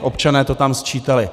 Občané to tam sčítali.